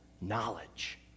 knowledge